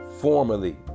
formerly